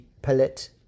pellet